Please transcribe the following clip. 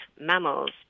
mammals